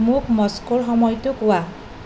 মোক মস্কোৰ সময়টো কোৱা